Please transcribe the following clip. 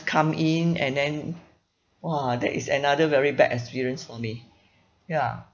come in and then !wah! that is another very bad experience for me ya